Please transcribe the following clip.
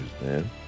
man